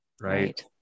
Right